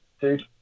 Dude